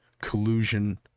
collusion